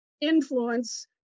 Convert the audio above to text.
influence